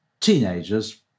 teenagers